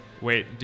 Wait